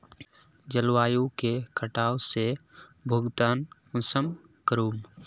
जलवायु के कटाव से भुगतान कुंसम करूम?